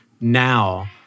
now